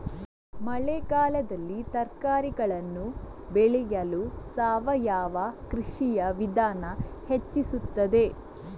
ಮಳೆಗಾಲದಲ್ಲಿ ತರಕಾರಿಗಳನ್ನು ಬೆಳೆಯಲು ಸಾವಯವ ಕೃಷಿಯ ವಿಧಾನ ಹೆಚ್ಚಿಸುತ್ತದೆ?